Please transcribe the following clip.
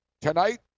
tonight